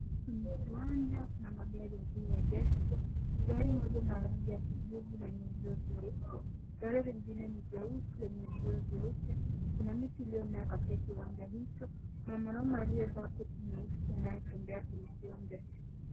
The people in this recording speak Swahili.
Kwenye kiwanja kuna magari yaliyoegeshwa. Gari moja ni la rangi ya kijivu lenye vioo vyeusi. Gari jingine ni jeusi lenye vioo vyeupe. Kuna miti iliyomea katikati ya kiwanja hicho. Kuna mwanaume aliyevaa koti nyeusi anayetembea kwenye kiwanja hiki.